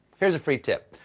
here is a free tip,